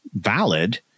valid